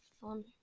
fun